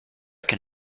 can